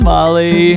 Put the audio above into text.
Molly